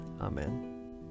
Amen